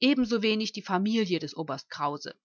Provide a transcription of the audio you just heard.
die familie des oberst krause